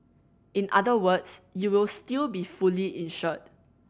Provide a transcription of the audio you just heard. in other words you will still be fully insured